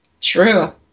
True